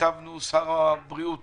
ששר הבריאות